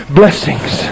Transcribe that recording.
blessings